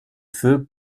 feu